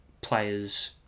players